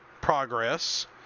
progress